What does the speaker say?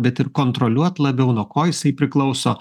bet ir kontroliuot labiau nuo ko jisai priklauso